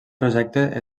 projecte